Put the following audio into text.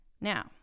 Now